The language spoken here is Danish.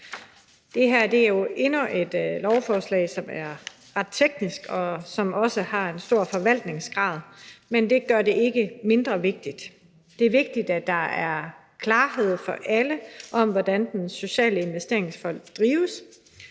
Det her er jo endnu et lovforslag, som er ret teknisk, og som også rummer en stor del om forvaltning, men det gør det ikke mindre vigtigt. Det er vigtigt, at der er klarhed for alle om, hvordan Den Sociale Investeringsfond drives,